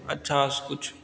अच्छा सऽ किछु